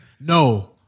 No